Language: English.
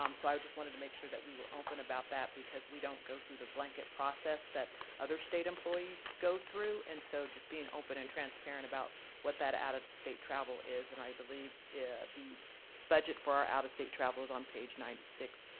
um so i just wanted to make sure that we were open about that. because we don't go through the blanket process that other state employees go through. and so just being open and transparent about what that out-of-state travel is and i believe the budget for our out-of-state travel is on page ninety six.